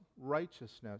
righteousness